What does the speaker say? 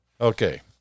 Okay